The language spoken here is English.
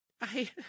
I-